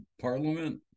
Parliament